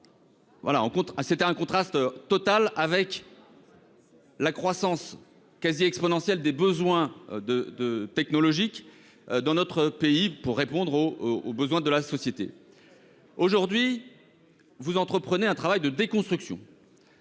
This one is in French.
contraste était total avec la croissance quasi exponentielle des besoins technologiques dans notre pays pour répondre aux demandes de la société. Aujourd'hui, vous entreprenez un travail de déconstruction